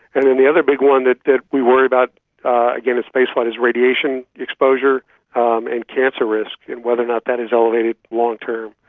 and then the other big one that that we worry about in spaceflight is radiation exposure um and cancer risk and whether or not that is elevated long term.